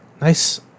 nice